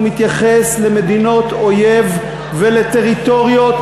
הוא מתייחס למדינות אויב ולטריטוריות.